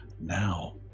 now